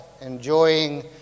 enjoying